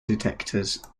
detectors